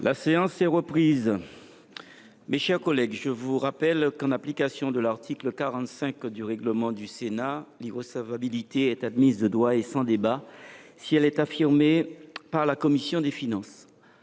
La séance est reprise. Mes chers collègues, je vous rappelle que, en application de l’article 45 du règlement du Sénat, l’irrecevabilité est admise de droit et sans débat si elle est affirmée par la commission des finances.